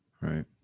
right